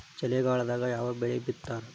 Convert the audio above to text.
ಚಳಿಗಾಲದಾಗ್ ಯಾವ್ ಬೆಳಿ ಬೆಳಿತಾರ?